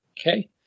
Okay